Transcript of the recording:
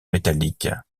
métallique